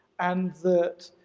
and that